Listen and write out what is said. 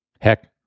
Heck